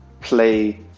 play